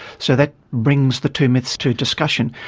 so that brings the two myths to discussion,